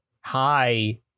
hi